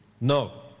No